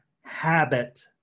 habit